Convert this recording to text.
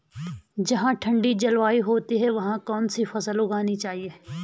जहाँ ठंडी जलवायु होती है वहाँ कौन सी फसल उगानी चाहिये?